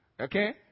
Okay